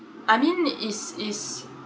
I mean it is